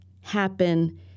happen